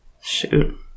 Shoot